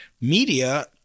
media